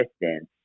distance